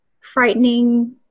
frightening